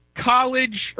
college